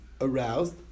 aroused